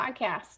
Podcast